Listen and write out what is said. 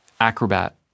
Acrobat